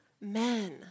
men